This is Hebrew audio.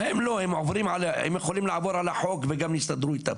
להם לא, הם יכולים לעבור על החוק וגם יסתדרו איתם.